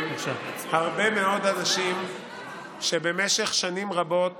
הרבה מאוד אנשים במשך שנים רבות